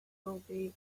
brofi